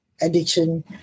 addiction